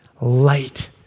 light